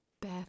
Beth